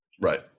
Right